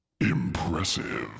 Impressive